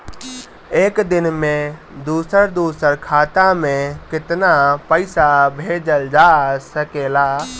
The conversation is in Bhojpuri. एक दिन में दूसर दूसर खाता में केतना पईसा भेजल जा सेकला?